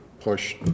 push